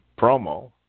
promo